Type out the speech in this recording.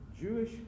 Jewish